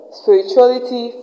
spirituality